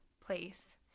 place